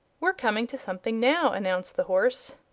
we're coming to something now, announced the horse.